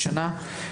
מדי שנה.